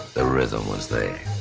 the rhythm was there.